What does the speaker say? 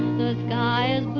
the sky